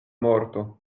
morto